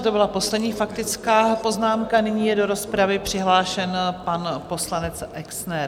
To byla poslední faktická poznámka, nyní je do rozpravy přihlášen pan poslanec Exner.